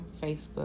Facebook